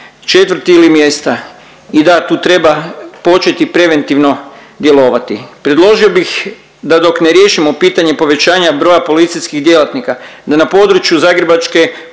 četvrti ili mjesta. I da, tu treba početi preventivno djelovalo. Predložio bih da dok ne riješimo pitanje povećanja broja policijskih djelatnika, da na području zagrebačke